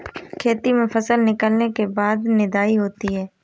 खेती में फसल निकलने के बाद निदाई होती हैं?